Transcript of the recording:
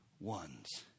ones